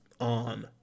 on